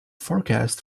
forecast